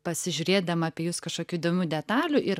pasižiūrėdama apie jus kažkokių įdomių detalių ir